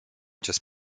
ciebie